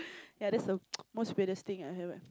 ya that's the most weirdest thing I have ever